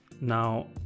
now